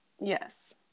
yes